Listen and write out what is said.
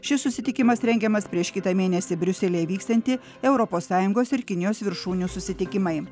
šis susitikimas rengiamas prieš kitą mėnesį briuselyje vyksiantį europos sąjungos ir kinijos viršūnių susitikimai